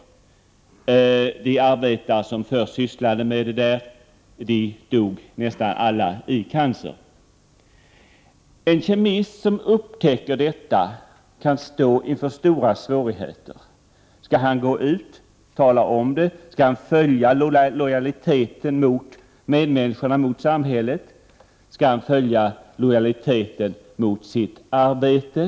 Nästan alla de banarbetare som förr besprutade med hormoslyr dog i cancer. En kemist som upptäcker sådana egenskaper hos ett ämne kan stå inför stora svårigheter. Skall han tala om vad han upptäckt och vara lojal mot medmänniskorna och mot samhället, eller skall han vara lojal mot sitt arbete?